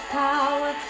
power